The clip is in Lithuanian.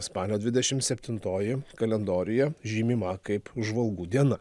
spalio dvidešimt septintoji kalendoriuje žymima kaip žvalgų diena